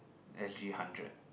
S_G hundred